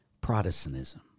protestantism